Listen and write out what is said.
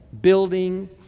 building